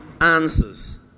answers